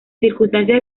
circunstancias